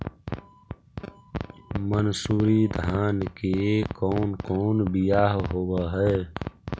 मनसूरी धान के कौन कौन बियाह होव हैं?